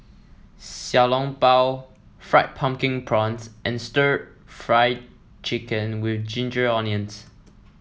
Xiao Long Bao Fried Pumpkin Prawns and Stir Fried Chicken with Ginger Onions